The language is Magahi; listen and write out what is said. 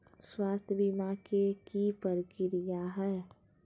स्वास्थ बीमा के की प्रक्रिया है?